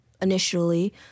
initially